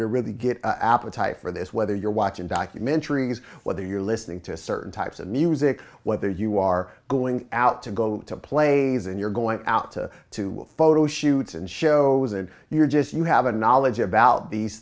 a really good appetite for this whether you're watching documentaries whether you're listening to certain types of music whether you are going out to go to plays and you're going out to photo shoots and shows and you're just you have a knowledge about these